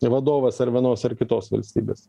vadovas ar vienos ar kitos valstybės